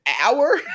hour